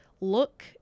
look